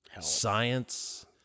science